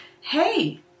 hey